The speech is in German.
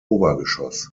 obergeschoss